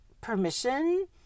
permission